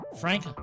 frank